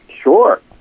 Sure